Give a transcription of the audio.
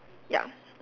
ya